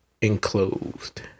enclosed